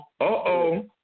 Uh-oh